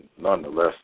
nonetheless